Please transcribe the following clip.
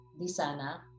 Disana